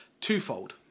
twofold